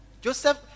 Joseph